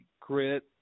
grit